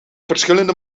verschillende